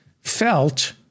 felt